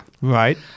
Right